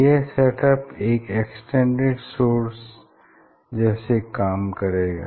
यह set up एक extended source जैसे काम करेगा